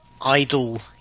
idle